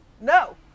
No